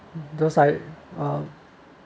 those I um